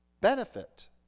benefit